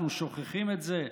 אנחנו שוכחים את זה?